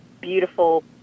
beautiful